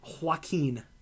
Joaquin